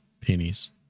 pennies